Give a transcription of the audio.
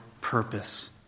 purpose